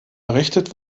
errichtet